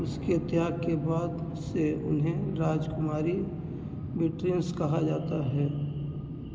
उसके त्याग के बाद से उन्हें राजकुमारी कहा जाता है